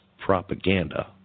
propaganda